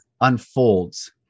unfolds